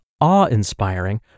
awe-inspiring